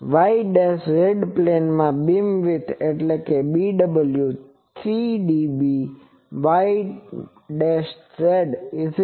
y z પ્લેનમાં beamwidth એટલે કે 3db y z 2